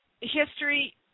history